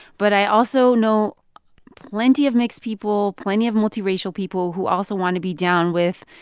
but i also know plenty of mixed people, plenty of multiracial people who also want to be down with,